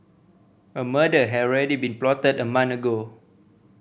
a murder had already been plotted a month ago